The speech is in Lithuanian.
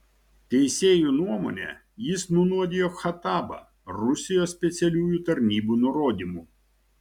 teisėjų nuomone jis nunuodijo khattabą rusijos specialiųjų tarnybų nurodymu